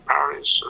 Paris